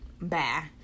Bye